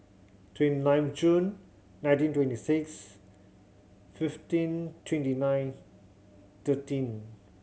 twenty nine of June nineteen twenty six fifteen twenty nine thirteen